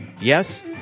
Yes